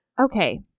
okay